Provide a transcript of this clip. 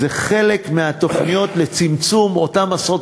זה חלק מהתוכניות לצמצום אותן עשרות